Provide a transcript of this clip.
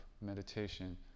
meditation